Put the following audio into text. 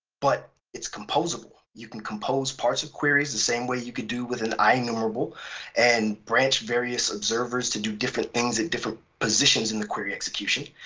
but it's composable. you can compose parts of queries the same way you could do with an ienumerable and branch various observers to do different things at different positions in the query execution.